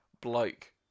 bloke